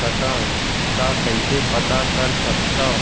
सकंव त कइसे पता कर सकथव?